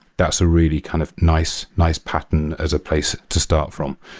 that's a really kind of nice nice pattern as a place to start from.